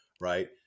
right